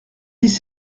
dix